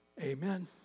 Amen